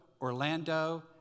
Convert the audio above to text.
Orlando